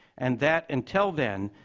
and that, until then,